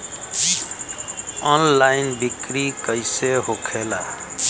Online बिक्री कैसे होखेला?